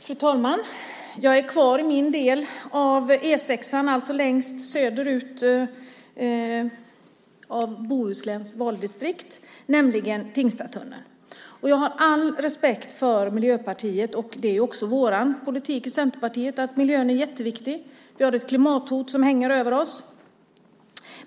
Fru talman! Jag är kvar i min del av E 6, det vill säga längst söderut i Bohusläns valdistrikt - Tingstadstunneln. Jag har all respekt för Miljöpartiet. Det är också vår politik i Centerpartiet att miljön är jätteviktig. Vi har ett klimathot som hänger över oss.